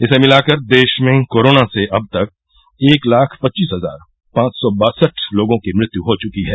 इसे मिलाकर देश में कोरोना से अब तक एक लाख पच्चीस हजार पांच सौ बासठ लोगों की मृत्यु हो चुकी है